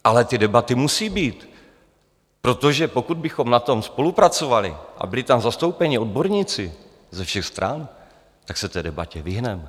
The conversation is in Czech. Ale ty debaty musí být, protože pokud bychom na tom spolupracovali a byli tam zastoupeni odborníci ze všech stran, tak se té debatě vyhneme.